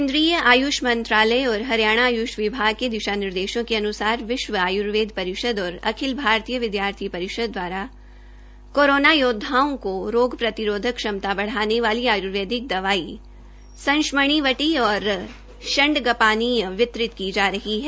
केन्द्रीय आय्ष मंत्रालय और हरियाणा आय्ष विभाग के दिशा निर्देशों के अनुसार विश्व आय्र्वेद परिषद और अखिल भारतीय विदयार्थी परिषद दवारा कोरोना योदवाओं को रोग प्रतिरोधक क्षमता बढ़ाने वाली आयुर्वेदिक दवाई संशमणि बटी और षंड गपानीय वितरित की जा रही है